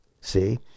See